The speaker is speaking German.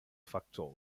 faktor